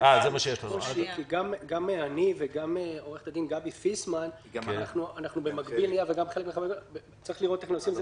--- גם אני וגם עורכת הדין גבי פיסמן צריכים לראות איך נעשה את זה